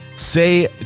Say